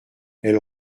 elle